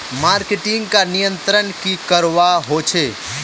Marketing का नियंत्रण की करवा होचे?